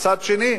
מצד שני,